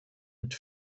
het